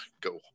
go